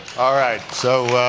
all right, so,